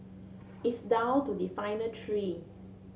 it's down to the final three